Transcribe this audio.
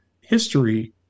history